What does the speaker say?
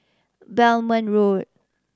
Belmont Road